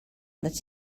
that